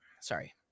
sorry